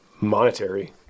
monetary